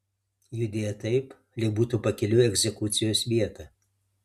judėjo taip lyg būtų pakeliui į egzekucijos vietą